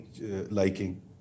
liking